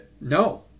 no